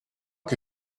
que